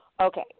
okay